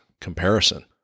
comparison